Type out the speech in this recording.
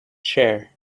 chair